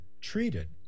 treated